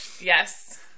Yes